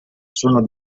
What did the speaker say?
sono